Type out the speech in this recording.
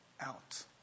out